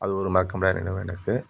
அது ஒரு மறக்க முடியாத நினைவு எனக்கு